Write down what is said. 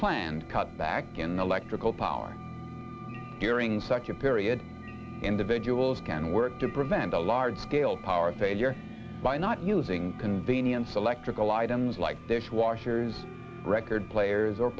planned cutback in the electrical power during such a period individuals can work to prevent large scale power failure by not using convenience electrical items like this washers record players